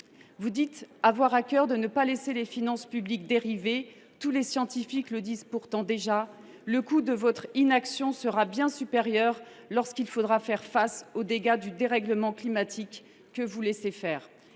Vous dites avoir à cœur de ne pas laisser les finances publiques dériver. Tous les scientifiques le disent pourtant déjà : le coût de votre inaction sera bien supérieur lorsqu’il faudra faire face aux dégâts du dérèglement climatique, contre lequel vous n’agissez pas.